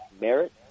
merit